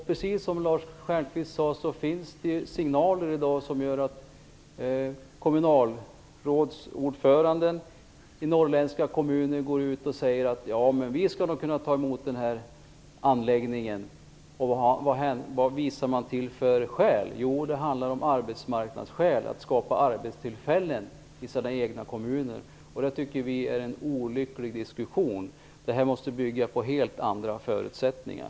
Precis som Lars Stjernkvist sade finns det signaler i dag om att kommunalrådsordförande i norrländska kommuner går ut och säger: Vi skall nog kunna ta emot den här anläggningen. Vilka skäl hänvisar man till? Jo, det handlar om arbetsmarknadsskäl, att skapa arbetstillfällen i de egna kommunerna. Det tycker vi är en olycklig diskussion. Det här måste bygga på helt andra förutsättningar.